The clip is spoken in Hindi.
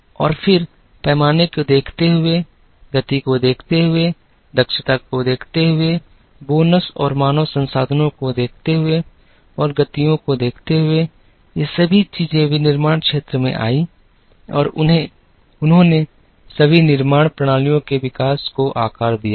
और फिर पैमाने को देखते हुए गति को देखते हुए दक्षता को देखते हुए बोनस और मानव संसाधनों को देखते हुए और गतियों को देखते हुए ये सभी चीजें विनिर्माण क्षेत्र में आईं और उन्होंने सभी निर्माण प्रणालियों के विकास को आकार दिया है